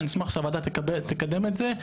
ואני אשמח שהוועדה תקדם את זה.